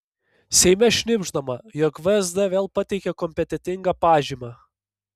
seime šnibždama jog vsd vėl pateikė kompetentingą pažymą